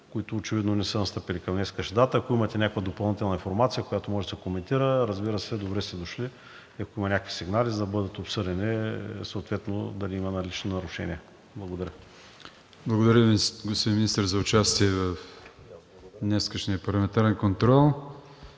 които очевидно не са настъпили към днешна дата. Ако имате някаква допълнителна информация, която може да се коментира, разбира се, добре сте дошли, и ако има някакви сигнали, за да бъдат обсъдени съответно дали има налични нарушения. Благодаря. ПРЕДСЕДАТЕЛ АТАНАС АТАНАСОВ: Благодаря Ви, господин Министър, за участието в днешния парламентарен контрол.